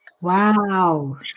Wow